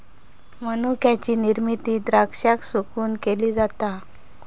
मनुक्याची निर्मिती द्राक्षांका सुकवून केली जाता